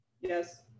yes